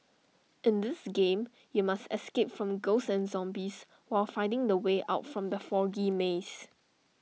in this game you must escape from ghosts and zombies while finding the way out from the foggy maze